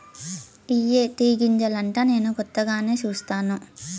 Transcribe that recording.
ఇయ్యే టీ గింజలంటా నేను కొత్తగానే సుస్తాను